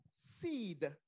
seed